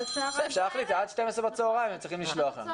אפשר להחליט שעד שתים עשרה בצוהריים הם צריכים לשלוח לנו.